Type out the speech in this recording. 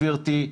גברתי,